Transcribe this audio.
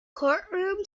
courtroom